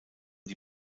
die